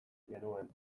genuen